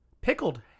Pickled